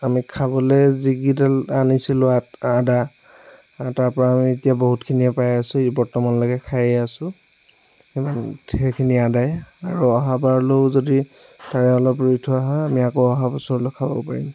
আমি খাবলে যি কেইডাল আনিছিলোঁ আদ আদা তাৰ পৰা এতিয়া আমি বহুত খিনিয়েই পাই আছোঁ বৰ্তমানলৈ খায়েই আছোঁ সেইখিনি আদাই আৰু অহাবাৰলৈ যদি তাৰে অলপ ৰুই থোৱা হয় আমি আকৌ অহা বছৰলৈ খাব পাৰিম